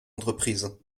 entreprise